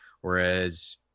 whereas